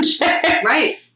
Right